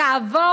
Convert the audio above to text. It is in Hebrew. תעבור